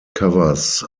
covers